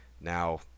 Now